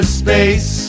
space